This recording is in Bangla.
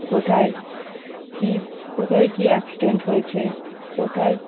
কোথায় কি কোথায় কি অ্যাক্সিডেন্ট হয়েছে কোথায়